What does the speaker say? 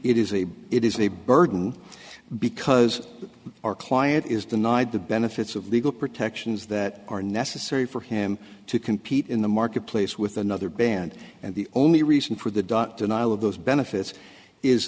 it is a it is a burden because our client is denied the benefits of legal protections that are necessary for him to compete in the marketplace with another band and the only reason for the dot denial of those benefits is